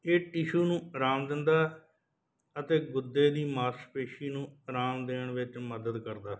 ਇਹ ਟਿਸ਼ੂ ਨੂੰ ਆਰਾਮ ਦਿੰਦਾ ਅਤੇ ਗੁੱਦੇ ਦੀ ਮਾਸਪੇਸ਼ੀ ਨੂੰ ਆਰਾਮ ਦੇਣ ਵਿੱਚ ਮਦਦ ਕਰਦਾ ਹੈ